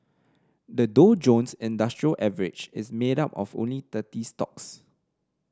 the Dow Jones Industrial Average is made up of only thirty stocks